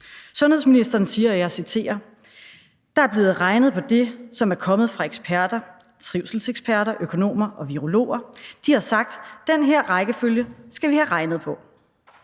Sundhedsministeren siger, og jeg citerer: »Der er blevet regnet på det, som er kommet fra eksperter, trivselseksperter, økonomer og virologer. De har sagt: Den her rækkefølge skal vi have regnet på.«